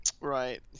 right